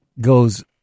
goes